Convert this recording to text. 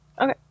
Okay